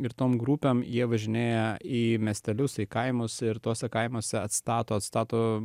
ir tom grupėm jie važinėja į miestelius kaimus ir tuose kaimuose atstato atstato